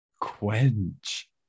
quench